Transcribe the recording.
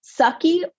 sucky